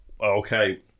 Okay